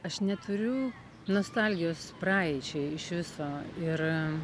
aš neturiu nostalgijos praeičiai iš viso ir